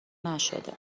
نشده